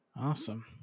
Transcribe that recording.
Awesome